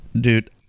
Dude